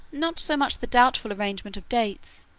not so much the doubtful arrangement of dates,